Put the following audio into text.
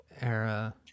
era